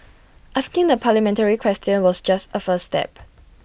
asking the parliamentary question just A first step